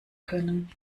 können